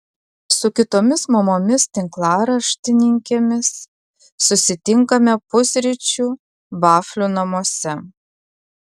su kitomis mamomis tinklaraštininkėmis susitinkame pusryčių vaflių namuose